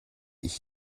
ich